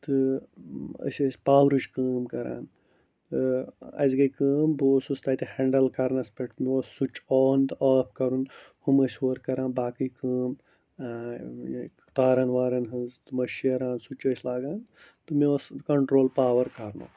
تہٕ أسۍ ٲسۍ پاورٕچ کٲم کَران تہٕ اَسہِ گٔے کٲم بہٕ اوسُس تَتہِ ہٮ۪نٛڈل کَرنَس پٮ۪ٹھ مےٚ اوس سُچ آن تہٕ آف کَرُن ہُم ٲسۍ ہورٕ کَران باقٕے کٲم تارَن وارَن ہٕنٛز تِم ٲسۍ شیران سُچ ٲسۍ لاگان تہٕ مےٚ اوس کنٹرٛول پاور کَرنُک